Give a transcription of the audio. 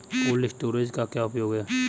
Cold storage का क्या उपयोग है?